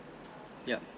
yup